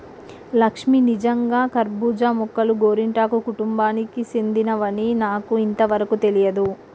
లక్ష్మీ నిజంగా కర్బూజా మొక్కలు గోరింటాకు కుటుంబానికి సెందినవని నాకు ఇంతవరకు తెలియదు